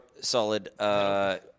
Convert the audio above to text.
Solid